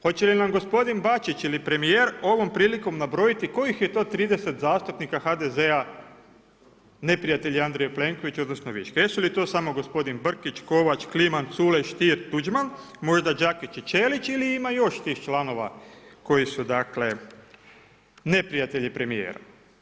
Hoće li nam gospodin Bačić ili premijer ovom prilikom nabrojiti kojih je to 30 zastupnika HDZ-a neprijatelji Andreja Plenkovića odnosno … Jesu li to samo gospodin Brkić, Kovač, Kliman, Culej, Stier, Tuđman, možda Đakić i Ćelić ili ima i još tih članova koji su dakle neprijatelji premijera?